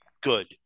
Good